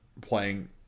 playing